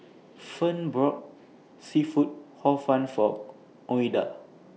Fern brought Seafood Hor Fun For Ouida